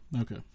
Okay